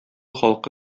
халкы